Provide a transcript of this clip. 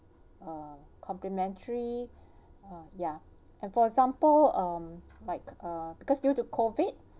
um complimentary uh ya and for example um like uh because due to it COVID